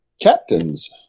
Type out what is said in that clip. Captains